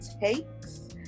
Takes